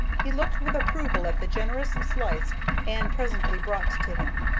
he looked with approval at the generous slice anne presently brought to him.